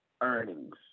earnings